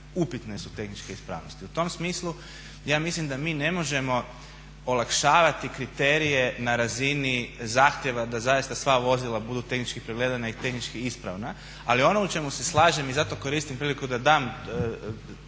upitne su tehničke ispravnosti. U tom smislu ja mislim da mi ne možemo olakšavati kriterije na razini zahtjeva da zaista sva vozila budu tehnički pregledana i tehnički ispravna, ali ono u čemu se slažem i zato koristim priliku da dam